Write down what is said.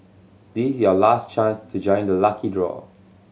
this is your last chance to join the lucky draw